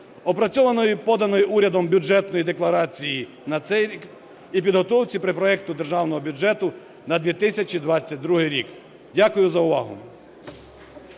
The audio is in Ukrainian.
опрацьованої і поданої урядом Бюджетної декларації на цей рік і підготовці предпроекту державного бюджету на 2022 рік. Дякую за увагу.